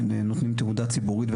שנותנים תהודה ציבורית.